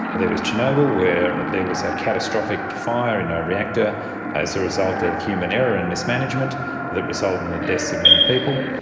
there was chernobyl where there was a catastrophic fire in a reactor as a result of human error and mismanagement that resulted and in the deaths of many people.